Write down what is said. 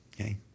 Okay